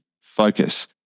focus